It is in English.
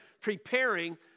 preparing